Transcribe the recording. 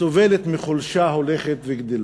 סובלת מחולשה הולכת וגדלה.